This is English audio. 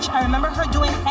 i remember her doing